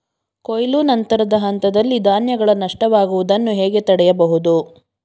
ಕೊಯ್ಲು ನಂತರದ ಹಂತದಲ್ಲಿ ಧಾನ್ಯಗಳ ನಷ್ಟವಾಗುವುದನ್ನು ಹೇಗೆ ತಡೆಯಬಹುದು?